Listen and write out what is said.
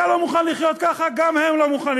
אתה לא מוכן לחיות ככה, גם הם לא מוכנים.